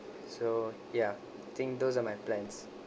so ya I think those are my plans